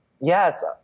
yes